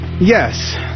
Yes